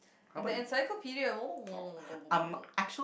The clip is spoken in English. and then the encyclopedia